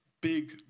big